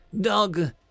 Dog